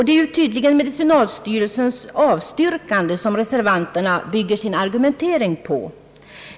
Det är tydligen medicinalstyrelsens avstyrkande, som reservanterna bygger sin argumentering på.